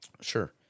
Sure